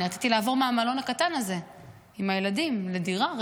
רציתי לעבור מהמלון הקטן הזה עם הילדים לדירה.